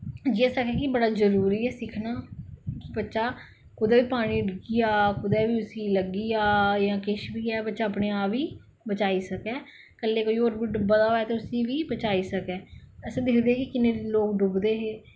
एह् असेंगी बड़ा जरूरी ऐ सिक्खना बच्चा कुदै बी पानी च डिग्गी जा कुदै बी उस्सी लग्गी जा जां कुछ बी हैं बच्चा अपने आप गी बचाई सकै कल्ले गी कोई होर बी डुब्बा दा होऐ ते उस्सी बी बचाई सकै अस दिखदे हे कि किन्ने लोग डुब्बदे हे